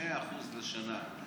2% לשנה.